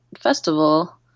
festival